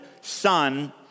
son